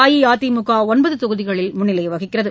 அஇஅதிமுக ஒன்பது தொகுதிகளில் முன்னிலை வகிக்கிறது